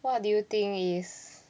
what do you think is